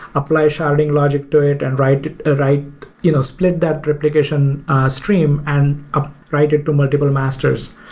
apply sharding logic to it and write ah write you know split that replication stream and ah write it to multiple masters.